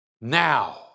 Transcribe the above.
now